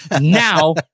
Now